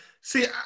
See